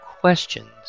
questions